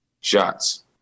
shots